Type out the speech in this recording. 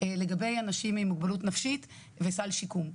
לגבי אנשים עם מוגבלות נפשית וסל שיקום.